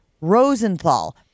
Rosenthal